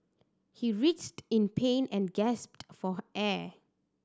he writhed in pain and gasped for air